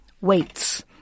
weights